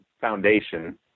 foundation